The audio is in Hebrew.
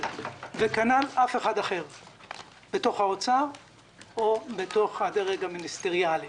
וכנ"ל אף אחד אחר בתוך משרד האוצר או בתוך הדרג המיניסטריאלי.